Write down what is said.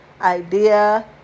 idea